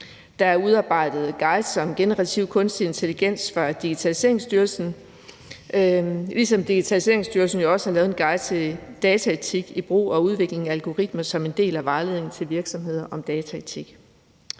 Der er udarbejdet guides om generativ kunstig intelligens af Digitaliseringsstyrelsen, ligesom Digitaliseringsstyrelsen også har lavet en guide til dataetik i brug og udvikling af algoritmer som en del af vejledningen til virksomheder om dataetik.